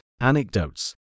anecdotes